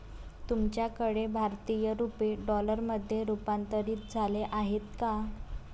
तुमच्याकडे भारतीय रुपये डॉलरमध्ये रूपांतरित झाले आहेत का?